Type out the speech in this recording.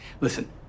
Listen